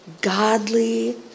godly